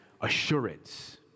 assurance